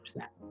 that.